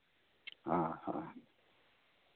ᱦᱳᱭ ᱦᱳᱭ